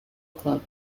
club